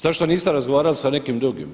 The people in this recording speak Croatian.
Zašto niste razgovarali sa nekim drugim?